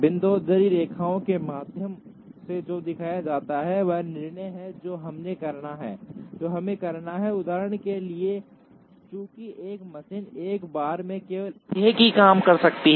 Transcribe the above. बिंदीदार रेखाओं के माध्यम से जो दिखाया जाता है वह निर्णय है जो हमें करना है उदाहरण के लिए चूंकि एक मशीन एक बार में केवल एक ही काम कर सकती है